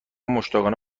مشتاقانه